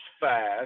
fast